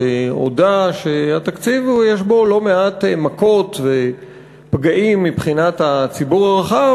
שהודה שהתקציב יש בו לא מעט מכות ופגעים מבחינת הציבור הרחב,